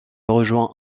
rejoint